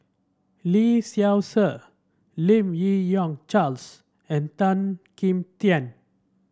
Lee Seow Ser Lim Yi Yong Charles and Tan Kim Tian